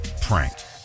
pranked